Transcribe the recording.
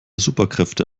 superkräfte